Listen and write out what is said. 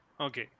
Okay